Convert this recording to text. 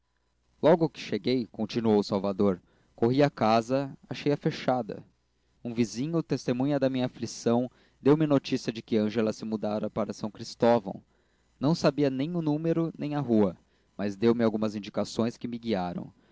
logo que cheguei continuou salvador corri à casa achei-a fechada um vizinho testemunha da minha aflição deu-me notícia de que ângela se mudara para s cristóvão não sabia nem o número nem a rua mas deu-me algumas indicações que me guiaram